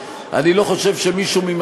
אני לא חושב שמישהו בציבור מבין את זה,